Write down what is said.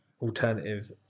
alternative